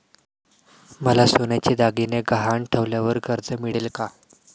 मला सोन्याचे दागिने गहाण ठेवल्यावर कर्ज मिळेल का?